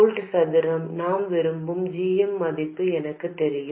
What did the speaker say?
volt சதுரம் நான் விரும்பும் g m மதிப்பு எனக்குத் தெரியும்